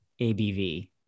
ABV